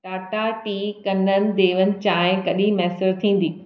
Tata tea कनन देवन चांहि कॾहिं मुयसरु थींदी